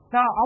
Now